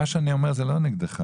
מה שאני אומר זה לא נגדך,